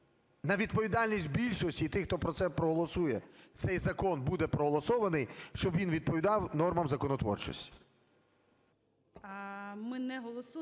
на відповідальність більшості і тих, хто про це проголосує, цей закон буде проголосований, щоб він відповідав нормам законотворчості.